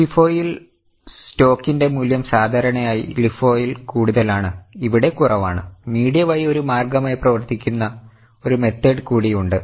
ഫിഫോയിൽ സ്റ്റോക്കിന്റെ മൂല്യം സാധാരണയായി LIFO ൽ കൂടുതലാണ് ഇവിടെ കുറവാണ് മീഡിയ വഴി ഒരു മാർഗ്ഗമായി പ്രവർത്തിക്കുന്ന ഒരു മെത്തേഡ് കൂടി ഉണ്ട്